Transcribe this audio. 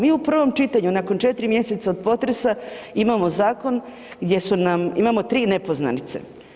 Mi u prvom čitanju nakon 4 mjeseca od potresa imamo zakon gdje su nam, imamo 3 nepoznanice.